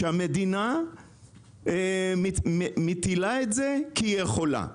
שהמדינה מטילה אותו כי היא יכולה.